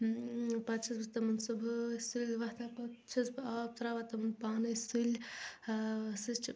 پتہِ چھس بہٕ تِمن صُبحٲے سُلہِ وۄتھان پتہِ چھس بہٕ آب تراوان تِمن پانے سُلہِ ٲں سۄ چھِ